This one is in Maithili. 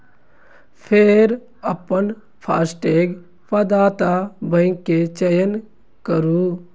फेर अपन फास्टैग प्रदाता बैंक के चयन करू